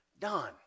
done